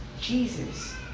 Jesus